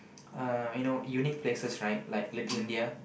um you know unique places right like Little-India